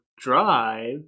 drive